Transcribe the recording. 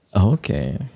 Okay